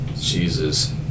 Jesus